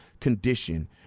condition